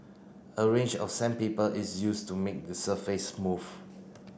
a range of sandpaper is used to make the surface smooth